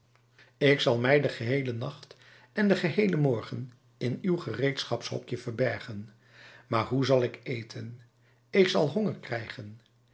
ik zal mij den geheelen nacht en den geheelen morgen in uw gereedschapshokje verbergen maar hoe zal ik eten ik zal honger krijgen